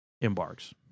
embarks